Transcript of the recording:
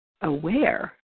aware